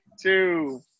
Two